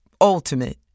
ultimate